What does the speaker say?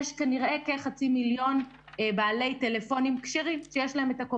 יש כנראה כחצי מיליון בעלי טלפונים כשרים,